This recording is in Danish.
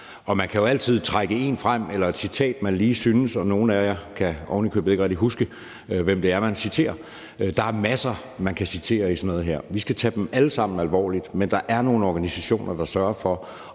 og man kan altid trække en frem eller trække et citat frem, man lige synes passer, og nogle af jer kan ovenikøbet ikke rigtig huske, hvem det er, I citerer. Der er masser, man kan citere i forbindelse med sådan noget her. Vi skal tage dem alle sammen alvorligt. Men der er nogle organisationer, der sørger for